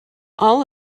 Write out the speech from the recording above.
all